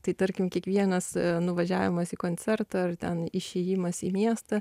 tai tarkim kiekvienas nuvažiavimas į koncertą ar ten išėjimas į miestą